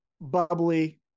bubbly